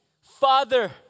Father